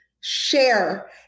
share